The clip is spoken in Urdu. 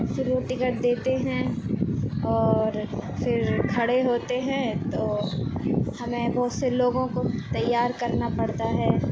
پھر وہ ٹکٹ دیتے ہیں اور پھر کھڑے ہوتے ہیں تو ہمیں بہت سے لوگوں کو تیار کرنا پڑتا ہے